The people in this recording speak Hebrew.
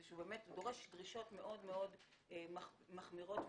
זה דורש דרישות מאוד מאוד מחמירות ומקפידות.